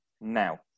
now